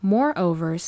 Moreover